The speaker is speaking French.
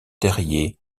terrier